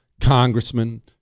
congressmen